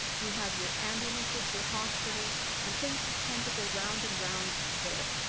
you have your ambulances, your hospitals, and things just tend to go round and round there.